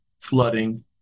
flooding